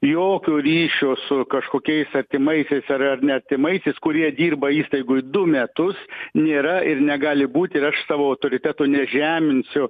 jokio ryšio su kažkokiais artimaisiais ar ar ne artimaisiais kurie dirba įstaigoj du metus nėra ir negali būt ir aš savo autoriteto nežeminsiu